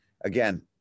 Again